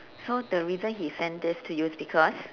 so the reason he send this to you is because